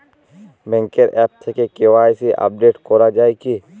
ব্যাঙ্কের আ্যপ থেকে KYC update করা যায় কি?